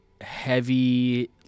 heavy